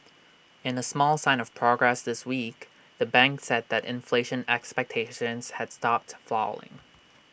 in A small sign of progress this week the bank said that inflation expectations had stopped falling